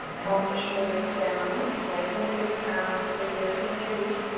drop the shoulders down. lengthen through the crown. we're here for three,